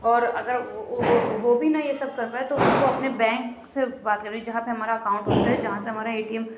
اور اگر وہ وہ بھی نہ یہ سب کر پائے تو ہم کو اپنے بینک سے بات کرنی جہاں پہ ہمارا اکاؤنٹ اوپن ہے جہاں سے ہمارا اے ٹی ایم